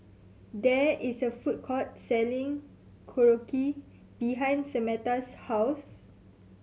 there is a food court selling Korokke behind Samatha's house